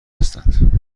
هستند